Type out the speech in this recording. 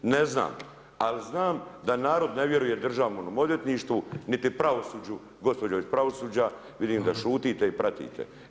Ne znam, ali znam da narod ne vjeruje Državnom odvjetništvu, niti pravosuđu, gospođo iz pravosuđa, vidim da šutite i pratite.